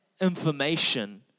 information